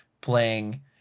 playing